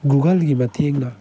ꯒꯨꯒꯜꯒꯤ ꯃꯇꯦꯡꯅ